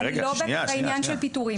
אני לא בעניין של פיטורים.